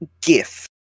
gift